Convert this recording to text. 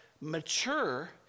mature